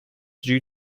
due